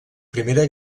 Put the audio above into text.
primera